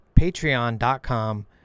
patreon.com